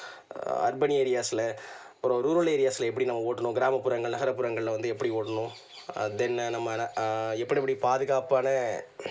urban ஏரியாஸில் அப்புறம் rural ஏரியாஸில் எப்படி நான் ஓட்டணும் கிராமப்புறங்களில் நகரப்புறங்களில் வந்து எப்படி ஓட்டணும் அண்ட் தென் நம்ம எப்படி எப்படி பாதுகாப்பான